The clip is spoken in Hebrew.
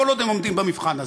כל עוד הם עומדים במבחן הזה.